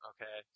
Okay